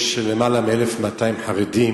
יש למעלה מ-1,200 חרדים,